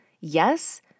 yes